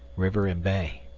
river, and bay.